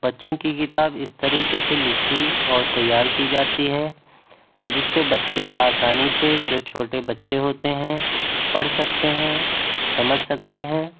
بچوں کی کتاب اس طریقے سے لکھی اور تیار کی جاتی ہے جس سے بچے آسانی سے جو چھوٹے بچے ہوتے ہیں پڑھ سکتے ہیں سمجھ سکتے ہیں